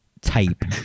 type